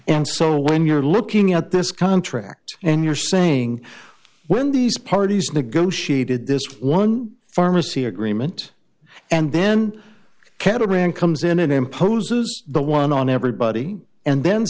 and so when you're looking at this contract and you're saying when these parties negotiated this one pharmacy agreement and then catamaran comes in and imposes the one on everybody and then